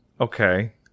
Okay